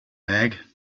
bag